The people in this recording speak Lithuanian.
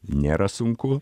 nėra sunku